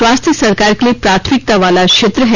स्वास्थ्य सरकार के लिए प्राथमिकता वाला क्षेत्र है